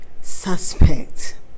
suspect